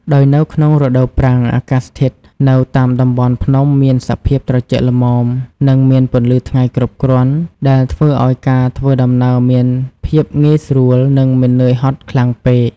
ដោយនៅក្នុងរដូវប្រាំង អាកាសធាតុនៅតាមតំបន់ភ្នំមានសភាពត្រជាក់ល្មម និងមានពន្លឺថ្ងៃគ្រប់គ្រាន់ ដែលធ្វើឲ្យការធ្វើដំណើរមានភាពងាយស្រួល និងមិននឿយហត់ខ្លាំងពេក។